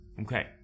okay